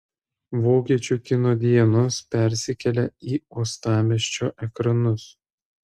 vokiečių kino dienos persikelia į uostamiesčio ekranus